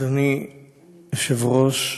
אדוני היושב-ראש,